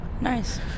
nice